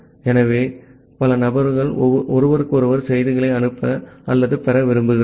ஆகவே பல நபர்கள் ஒருவருக்கொருவர் செய்திகளை அனுப்ப அல்லது பெற விரும்புகிறார்கள்